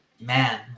man